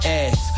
ass